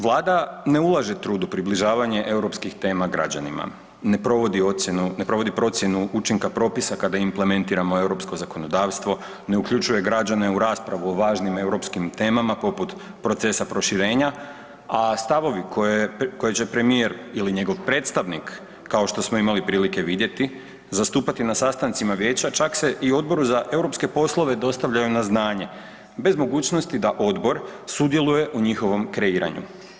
Vlada ne ulaže trud u približavanje europskih tema građanima, ne provodi ocjenu, ne provodi procjenu učinka propisa kada implementiramo europsko zakonodavstvo, ne uključuje građane u raspravu o važnim europskim temama poput procesa proširenja, a stavovi koje će premije ili njegov predstavnik kao što smo imali prilike vidjeti zastupati na sastancima vijeća čak se i Odboru za europske poslove dostavljaju na znanje bez mogućnosti da odbor sudjeluje u njihovom kreiranju.